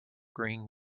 green